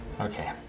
Okay